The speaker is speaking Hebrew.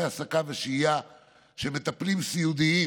העסקה ושהייה של מטפלים סיעודיים.